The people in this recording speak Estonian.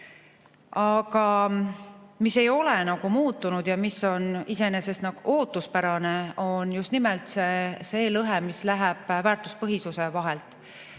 Aga mis ei ole muutunud ja mis on iseenesest ootuspärane, on just nimelt see lõhe, mis läheb väärtuspõhisuse vahelt.